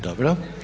Dobro.